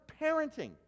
parenting